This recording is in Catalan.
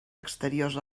exteriors